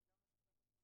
ולא על תוספת של